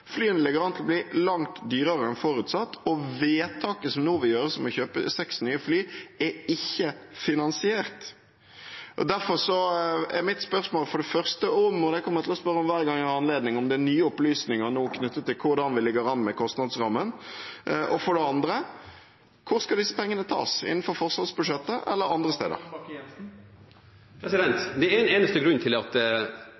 Flyene ligger an til å bli langt dyrere enn forutsatt, og vedtaket som nå vil gjøres om å kjøpe seks nye fly, er ikke finansiert. Derfor er mitt spørsmål – og det kommer jeg til å spørre om hver gang jeg har anledning – for det første: Er det nye opplysninger nå knyttet til hvordan vi ligger an med kostnadsrammen? Og for det andre: Hvor skal disse pengene tas fra – innenfor forsvarsbudsjettet eller andre steder?